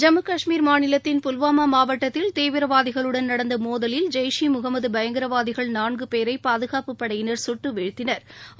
ஜம்மு கஷ்மீர் மாநிலத்தில் புல்வாமா மாவட்டத்தில் தீவிரவாதிகளுடன் நடந்த மோதலில் ஜெய்ஷே முகமது பயங்கரவாதிகள் நான்கு பேரை பாதுகாப்புப் படையினா் சுட்டு வீழ்த்தினா்